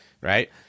right